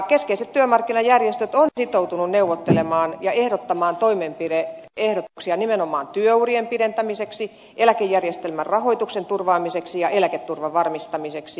keskeiset työmarkkinajärjestöt ovat sitoutuneet neuvottelemaan ja ehdottamaan toimenpide ehdotuksia nimenomaan työurien pidentämiseksi eläkejärjestelmän rahoituksen turvaamiseksi ja eläketurvan varmistamiseksi